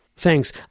Thanks